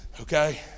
okay